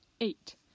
Eight